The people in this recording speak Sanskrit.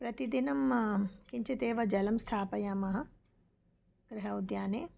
प्रतिदिनं किञ्चित् एव जलं स्थापयामः गृह उद्याने